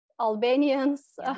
Albanians